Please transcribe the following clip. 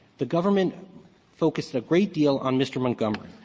the government focused a great deal on mr. montgomery.